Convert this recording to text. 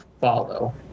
follow